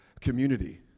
community